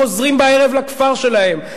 חוזרים בערב לכפר שלהם.